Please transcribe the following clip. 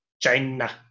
China